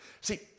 See